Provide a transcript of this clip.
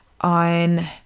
on